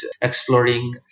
exploring